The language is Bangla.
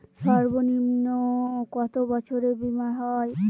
সর্বনিম্ন কত বছরের বীমার হয়?